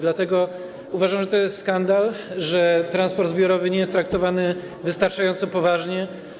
Dlatego uważam, że to jest skandal, że transport zbiorowy nie jest traktowany wystarczająco poważnie.